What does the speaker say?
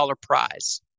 prize